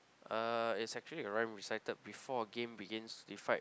uh is actually a rhyme recited before a game begins to decide